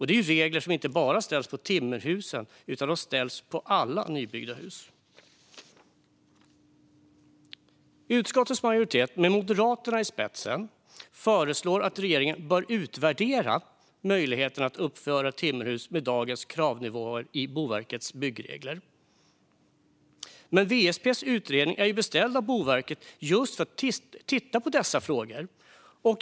Det är regler som inte bara ställs upp för timmerhus, utan de ställs för alla nybyggda hus. Utskottets majoritet med Moderaterna i spetsen föreslår att regeringen bör utvärdera möjligheterna att uppföra timmerhus med dagens kravnivåer i Boverkets byggregler. WSP:s utredning är beställd av Boverket just för att titta på dessa frågor.